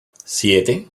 siete